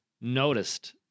noticed